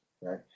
right